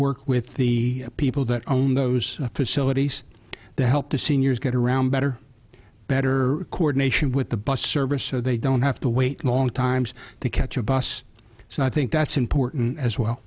work with the people that own those facilities to help the seniors get around better better coordination with the bus service so they don't have to wait long times to catch a bus so i think that's important as well